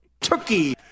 Turkey